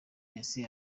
messi